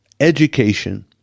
Education